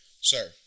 sir